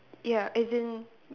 ya as in